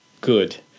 good